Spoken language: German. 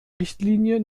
richtlinie